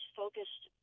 focused